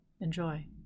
Enjoy